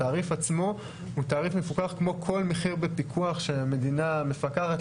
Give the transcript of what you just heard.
התעריף עצמו הוא תעריף מפוקח כמו כל מחיר בפיקוח שהמדינה מפקחת,